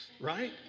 right